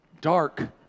dark